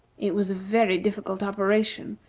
it was a very difficult operation,